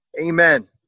amen